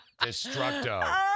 Destructo